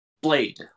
Blade